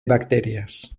bacterias